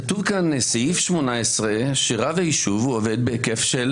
כתוב כאן בסעיף 18 שרב היישוב יעבוד בהיקף של